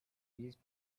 years